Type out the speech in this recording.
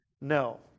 No